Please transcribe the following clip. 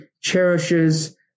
cherishes